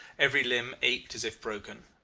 every limb ached as if broken,